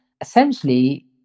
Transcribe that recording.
essentially